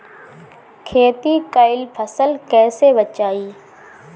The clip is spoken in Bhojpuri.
खेती कईल फसल कैसे बचाई?